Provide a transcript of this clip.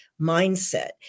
mindset